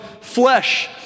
flesh